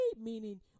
meaning